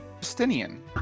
Justinian